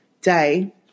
day